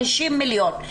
50 מיליון,